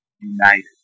united